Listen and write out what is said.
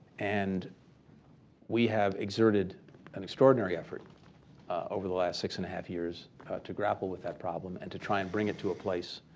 and we have exerted an extraordinary effort over the last six and-a-half years to grapple with that problem and to try and bring it to a place